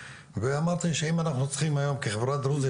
אמרתי שאם אנחנו צריכים היום כחברה דרוזית